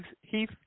Heath